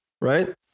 right